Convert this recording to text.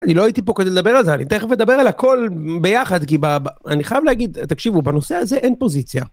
אני לא הייתי פה כדי לדבר על זה אני תכף אדבר על הכל ביחד כי אני חייב להגיד תקשיבו בנושא הזה אין פוזיציה.